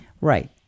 Right